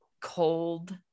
cold